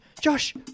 Josh